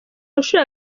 nshuro